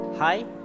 Hi